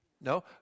No